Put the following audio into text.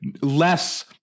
less